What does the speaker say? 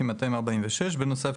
5,246 ₪ בנוסף